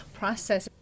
process